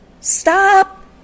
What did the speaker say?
Stop